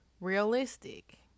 realistic